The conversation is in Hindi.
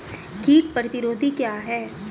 कीट प्रतिरोधी क्या है?